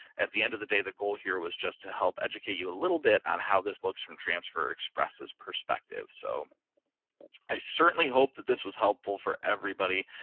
at the end of the day, the goal here was just to help educate you a little bit on how this looks from transfer express' perspective. so i certainly hope that this was helpful for everybody.